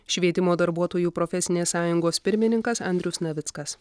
švietimo darbuotojų profesinės sąjungos pirmininkas andrius navickas